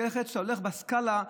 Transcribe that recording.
כשאתה הולך על הסקאלה,